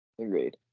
Agreed